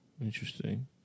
Interesting